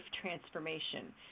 transformation